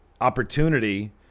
opportunity